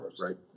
right